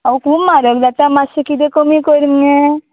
आवय खूब म्हारग जाता मातशें किदें कमी कर मगे